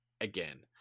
again